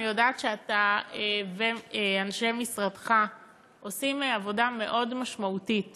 אני יודעת שאתה ואנשי משרדך עושים עבודה משמעותית